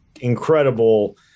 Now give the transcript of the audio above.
incredible